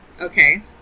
Okay